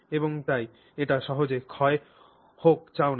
এবং তাই এটি সহজে ক্ষয় হোক চাও না